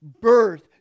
birth